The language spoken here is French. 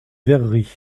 verrerie